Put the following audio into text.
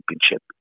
championship